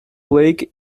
lake